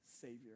Savior